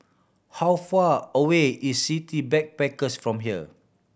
how far away is City Backpackers from here